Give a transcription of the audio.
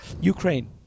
Ukraine